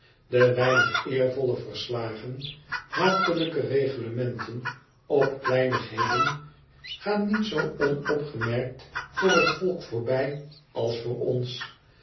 de weinigeervolle verslagen hatelijke reglementen op kleinigheden gaan niet zoo onopgemerkt voor het volk voorbij als voor ons